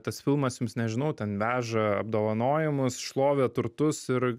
tas filmas jums nežinau ten veža apdovanojimus šlovę turtus ir